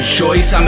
choice